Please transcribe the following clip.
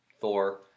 Thor